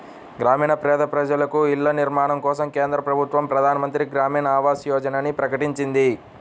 గ్రామీణ పేద ప్రజలకు ఇళ్ల నిర్మాణం కోసం కేంద్ర ప్రభుత్వం ప్రధాన్ మంత్రి గ్రామీన్ ఆవాస్ యోజనని ప్రకటించింది